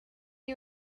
you